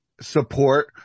support